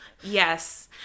Yes